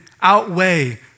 outweigh